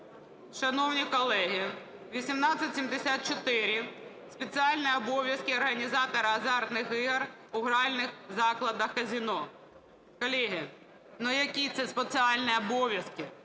Шановні колеги, 1874 – спеціальні обов'язки організатора азартних ігор у гральних закладах казино. Колеги, ну, які це спеціальні обов'язки?